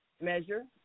measure